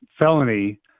felony